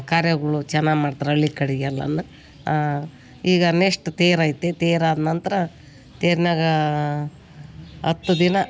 ಕಾರ್ಯಗಳು ಚೆನ್ನಾಗ್ ಮಾಡ್ತರೆ ಹಳ್ಳಿ ಕಡೆಗೆಲ್ಲ ಅಂದ್ರೆ ಈಗ ನೆಕ್ಸ್ಟ್ ತೇರು ಐತಿ ತೇರು ಆದ ನಂತರ ತೆರ್ನಾಗ ಹತ್ತು ದಿನ